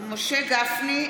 משה גפני,